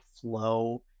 flow